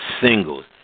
singles